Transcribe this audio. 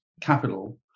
capital